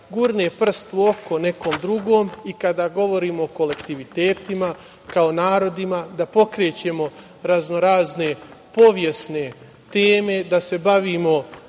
da gurne prst u oko nekom drugom i kada govorimo o kolektivitetima kao narodima da pokrećemo raznorazne povjesne teme, da se bavimo